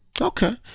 Okay